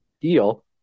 deal